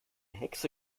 hexe